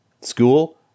School